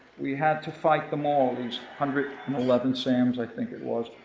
we had to fight them all, this hundred and eleven sams i think it was,